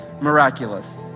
miraculous